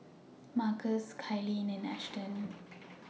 Markus Kylene and Ashton